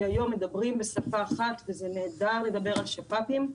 שהיום מדברים בשפה אחת, וזה נהדר לדבר על שפ"פים,